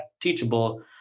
Teachable